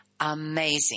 Amazing